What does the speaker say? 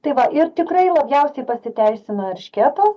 tai va ir tikrai labiausiai pasiteisino erškėtas